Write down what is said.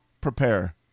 Prepare